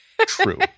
True